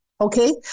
Okay